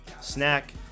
snack